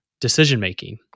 decision-making